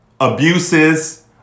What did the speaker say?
abuses